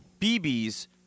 BB's